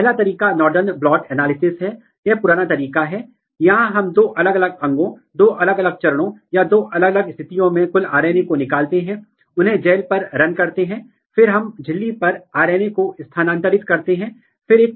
यदि आप किसी विशेष ट्रांसक्रिप्शन कारक के जंगली प्रकार के जीन या जीन की वैश्विक अभिव्यक्ति या जीन की कुल अभिव्यक्ति को निर्धारित करते हैं तो आप पहचान सकते हैं कि वे कौन से जीन हैं जिनके अभिव्यक्ति लेबल को म्यूटेंट में बदल दिया जाता है और फिर आप यह स्थापित कर सकते हैं कि वे विनियमित हो रहे हैं